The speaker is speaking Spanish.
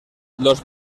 los